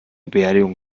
beerdigung